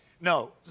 No